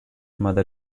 mother